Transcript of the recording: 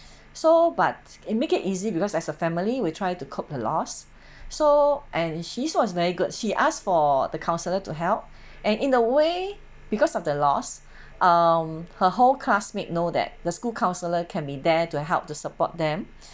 so but it make it easy because as a family we try to cope the loss so and she's was very good she asked for the counsellor to help and in a way because of the loss um her whole classmate know that the school counsellor can be there to help to support them